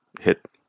hit